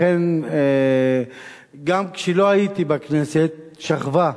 לכן, גם כשלא הייתי בכנסת היא שכבה,